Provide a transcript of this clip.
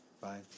Bye